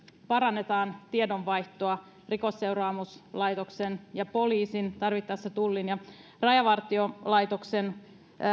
parannetaan tiedonvaihtoa rikosseuraamuslaitoksen ja poliisin tarvittaessa tullin ja rajavartiolaitoksen